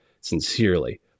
sincerely